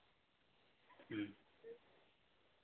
ᱦᱩᱸ